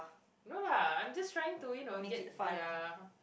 no lah I'm just trying to you know yet ya